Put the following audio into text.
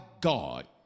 God